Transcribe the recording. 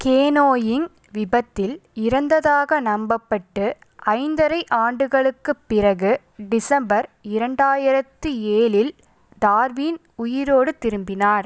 canoeing விபத்தில் இறந்ததாக நம்பப்பட்டு ஐந்தரை ஆண்டுகளுக்குப் பிறகு டிசம்பர் இரண்டாயிரத்து ஏழில் டார்வின் உயிரோடு திரும்பினார்